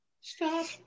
stop